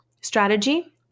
strategy